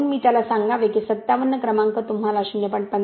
म्हणून मी त्याला सांगावे की 57 क्रमांक तुम्हाला 0